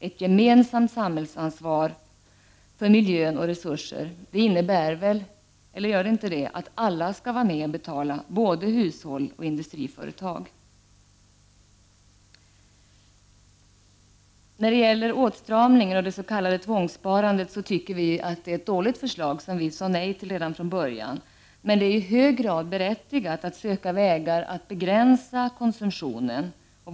Ett gemensamt samhällsansvar för miljö och resurser innebär väl — eller gör det inte det? — att alla skall vara med och betala, både hushåll och industriföretag. När det gäller åtstramningen och det s.k. tvångssparandet tycker vi att det är ett dåligt förslag, och vi sade nej till det redan från början. Men det är i hög grad berättigat att söka vägar att begränsa konsumtionen.